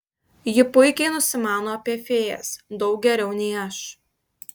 ji puikiai nusimano apie fėjas daug geriau nei aš